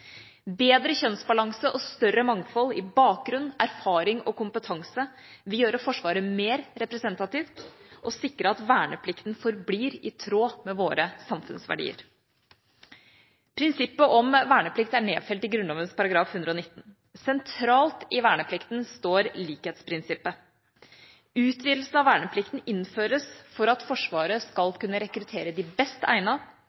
Bedre kjønnsbalanse og større mangfold i bakgrunn, erfaring og kompetanse vil gjøre Forsvaret mer representativt og sikre at verneplikten forblir i tråd med våre samfunnsverdier. Prinsippet om verneplikt er nedfelt i Grunnloven § 119. Sentralt i verneplikten står likhetsprinsippet. Utvidelsen av verneplikten innføres for at Forsvaret skal